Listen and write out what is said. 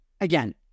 again